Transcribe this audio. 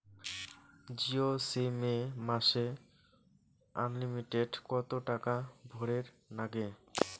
Jio sim এ মাসে unlimited কত টাকা ভরের নাগে?